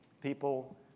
people